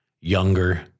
younger